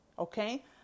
Okay